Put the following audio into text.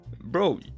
Bro